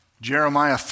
Jeremiah